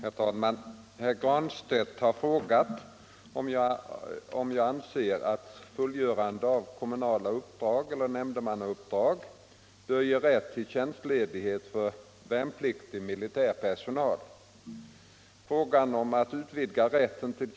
Exemplifieringen ovan har föranlett oklarhet om huruvida tjänstledighet får vägras exempelvis för uppdrag som kommunfullmäktig eller utsedd av kommunfullmäktige såsom ledamot i kommunal nämnd, nämndeman etc.